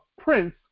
prince